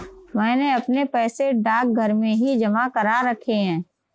मैंने अपने पैसे डाकघर में ही जमा करा रखे हैं